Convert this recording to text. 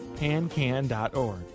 Pancan.org